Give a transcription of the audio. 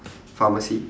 pharmacy